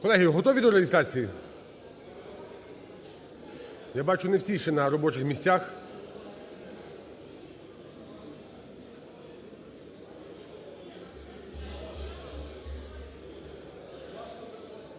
Колеги, готові до реєстрації? Я бачу, не всі ще на робочих місцях.